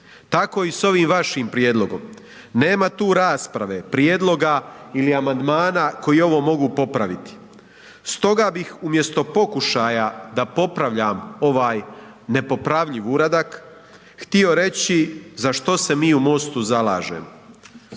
Tako i s ovim vašim prijedlogom nema tu rasprave prijedloga ili amandmana koji ovo mogu popraviti. Stoga bih umjesto pokušaja da popravljam ovaj nepopravljiv uradak htio reći za što se mi u MOST-u zalažemo.